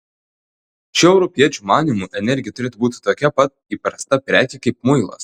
šių europiečių manymu energija turėtų būti tokia pat įprasta prekė kaip muilas